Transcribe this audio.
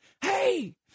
Hey